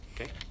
Okay